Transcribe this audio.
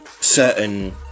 certain